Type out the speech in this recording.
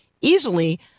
easily